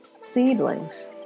seedlings